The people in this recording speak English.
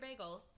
bagels